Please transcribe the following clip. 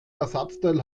ersatzteil